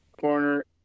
corner